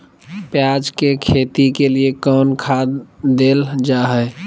प्याज के खेती के लिए कौन खाद देल जा हाय?